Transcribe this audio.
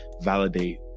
validate